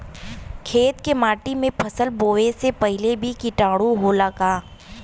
खेत के माटी मे फसल बोवे से पहिले भी किटाणु होला का?